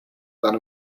than